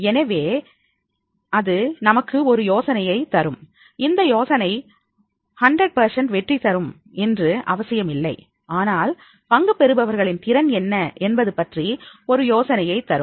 எனவே அது நமக்கு ஒரு யோசனையை தரும் இந்த யோசனை 100 வெற்றி தரும் என்று அவசியம் இல்லை ஆனால் பங்கு பெறுபவர்களின் திறன் என்ன என்பது பற்றி ஒரு யோசனையை தரும்